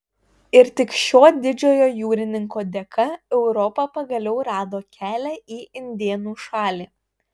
ir tik šio didžiojo jūrininko dėka europa pagaliau rado kelią į indėnų šalį